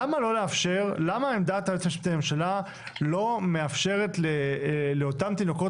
למה עמדת היועץ המשפטי לממשלה לא מאפשרת לאותם תינוקות